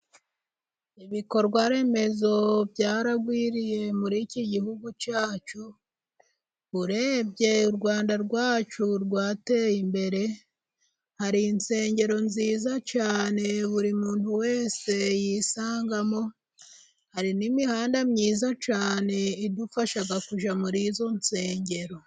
Ibikorwaremezo byaragwiriye muri iki gihugu cyacu, urebye u Rwanda rwacu rwateye imbere, hari insengero nziza cyane buri muntu wese yisangamo, hari n'imihanda myiza cyane idufasha kujya muri izo nsengero.